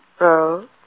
Rose